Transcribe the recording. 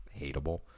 hateable